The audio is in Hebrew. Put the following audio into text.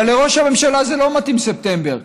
אבל לראש הממשלה זה לא מתאים ספטמבר,